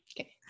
okay